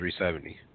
370